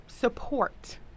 Support